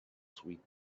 sweet